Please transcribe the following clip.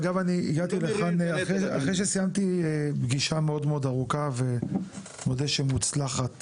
אגב הגעתי לכאן אחרי שסיימתי פגישה מאוד ארוכה ומודה שמוצלחת